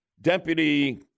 Deputy